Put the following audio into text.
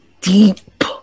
deep